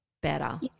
better